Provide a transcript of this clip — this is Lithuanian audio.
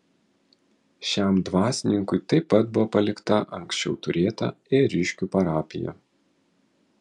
šiam dvasininkui taip pat buvo palikta anksčiau turėta ėriškių parapija